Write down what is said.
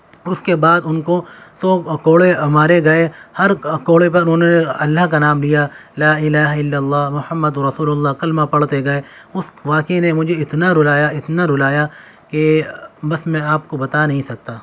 اور اس کے بعد ان کو سو کوڑے مارے گئے ہر کوڑے پر انہوں نے اللہ کا نام لیا لا الہ الا اللہ محمد الرسول اللہ کلمہ پڑھتے گئے اس واقعہ نے مجھے اتنا رلایا اتنا رلایا کہ بس میں آپ کو بتا نہیں سکتا